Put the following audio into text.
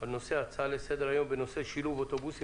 על סדר היום הצעה לסדר היום בנושא: "שילוב אוטובוסים